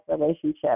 relationship